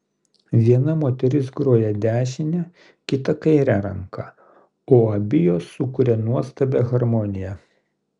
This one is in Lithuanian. viena moteris groja dešine kita kaire ranka o abi jos sukuria nuostabią harmoniją